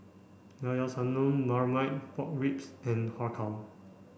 Llao Llao Sanum Marmite Pork Ribs and Har Kow